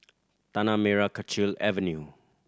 Tanah Merah Kechil Avenue